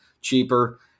cheaper